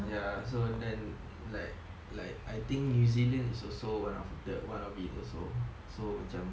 ya so then like like I think new zealand is also one of the one of it also so macam